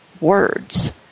words